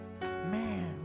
man